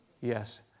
Yes